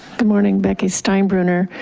good morning, becky steinbruner,